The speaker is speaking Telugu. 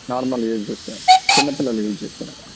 నార్మల్ యూజ్కే చిన్నపిల్లలు యూజ్ చేసుకొనే దానికోసం